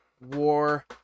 war